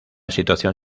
situación